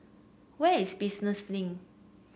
where is Business Link